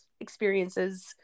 experiences